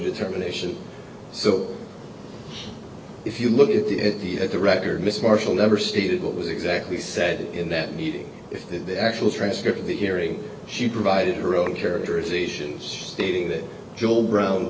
determination so if you look at the at the at the record miss marshall never stated what was exactly said in that meeting that the actual transcript of the hearing she provided her own characterization stating that jill brown